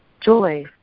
Joy